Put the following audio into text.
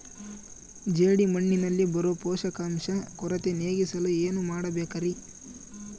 ಜೇಡಿಮಣ್ಣಿನಲ್ಲಿ ಬರೋ ಪೋಷಕಾಂಶ ಕೊರತೆ ನೇಗಿಸಲು ಏನು ಮಾಡಬೇಕರಿ?